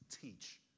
teach